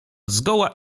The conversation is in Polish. zgoła